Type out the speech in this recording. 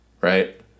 right